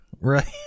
Right